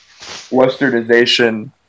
westernization